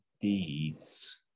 deeds